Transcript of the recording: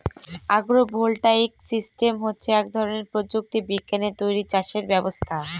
আগ্র voltaic system হচ্ছে এক ধরনের প্রযুক্তি বিজ্ঞানে তৈরী চাষের ব্যবস্থা